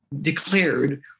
declared